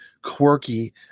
Quirky